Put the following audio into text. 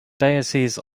diocese